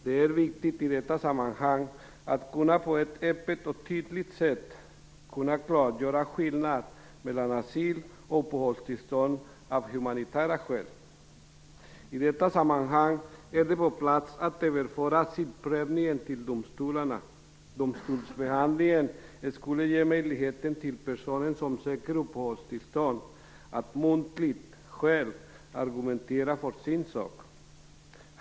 Det är viktigt i detta sammanhang att på ett öppet och tydligt sätt kunna klargöra skillnaden mellan asyl och uppehållstillstånd av humanitära skäl. Därför vore det på plats att överföra asylprövningen till domstolarna. Domstolsbehandling skulle ge möjlighet för en person som söker uppehållstillstånd att muntligt själv argumentera för sin sak.